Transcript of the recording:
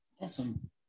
awesome